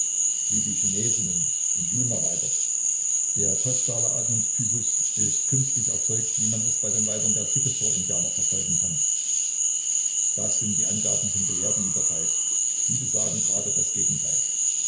wie die chinesinnen und yuma weiber der kostale atmungstypus ist künstlich erzeugt wie man es bei den weibern der chikesaw indianer verfolgen kann das sind die angaben von gelehrten lieber falk die besagen grade das gegenteil